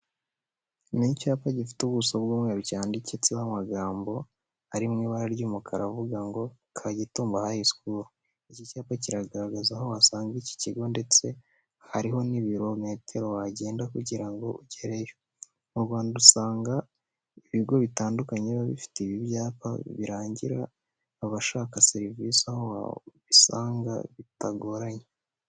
Ni icyapa gifite ubuso bw'umweru, cyanditseho amagambo ari mu ibara ry'umukara avuga ngo Kagitumba High School. Iki cyapa kiragaragaza aho wasanga iki kigo ndetse hariho n'ibiro metero wagenda kugira ngo ugereyo. Mu Rwanda usanga ibigo bitandukanye biba bifite ibi byapa birangira abashaka serivise aho wabisanga bitagoranye.